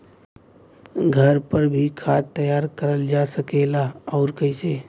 घर पर भी खाद तैयार करल जा सकेला और कैसे?